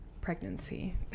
pregnancy